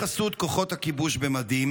בחסות כוחות הכיבוש במדים.